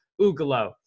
Ugalo